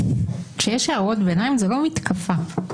כשיש הערות ביניים, זה לא מתקפה.